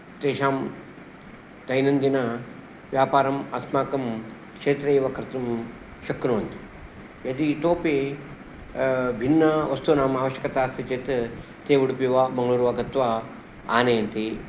तेषां दैनन्दिनव्यापारम् अस्माकं क्षेत्रे एव कर्तुं शक्नुवन्ति यदि इतोपि भिन्नवस्तूनाम् आवश्यकता अस्ति चेत् ते उडुपि वा मङ्गलूरु वा गत्वा आनयन्ति